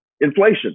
inflation